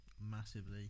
massively